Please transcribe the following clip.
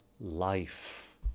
life